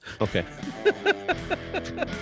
Okay